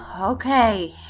okay